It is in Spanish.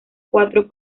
cuatro